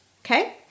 okay